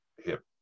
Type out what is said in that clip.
hip